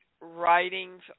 writings